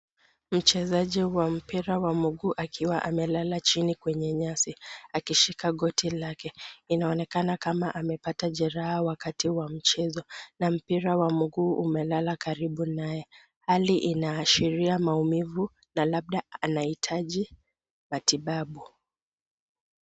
Mchezaji wa mpira wa mguu akiwa amelala chini kwenye nyasi akishika goti lake. Inaonekana kama amepata jeraha wakati wa mchezo na mpira wa mguu umelala karibu naye. Hali inaashiria maumivu na labda anahitaji matibabu.